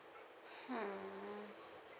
hmm